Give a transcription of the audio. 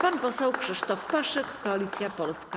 Pan poseł Krzysztof Paszyk, Koalicja Polska.